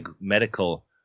medical